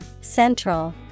Central